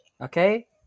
Okay